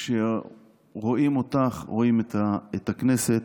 כשרואים אותך, רואים את הכנסת,